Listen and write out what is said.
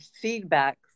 feedback